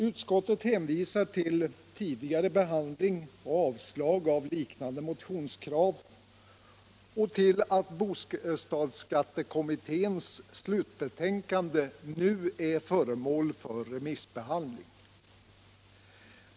Utskottet hänvisar till tidigare behandling av och avslag på liknande motionskrav och till att bostadsskattekommitténs slutbetänkande nu är föremål för remissbehandling.